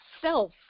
self